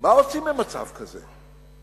מה עושים במצב כזה,